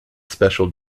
special